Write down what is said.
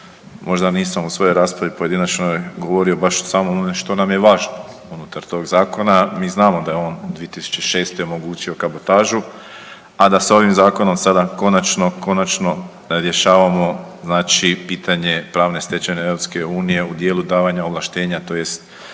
možda nisam u svojoj raspravi pojedinačnoj govorio baš samo o onome što nam je važno unutar tog zakona. Mi znamo da je on 2006. omogućio kabotažu, a da s ovim zakonom sada konačno rješavamo pitanje pravne stečevine EU u dijelu davanja ovlaštenja tj.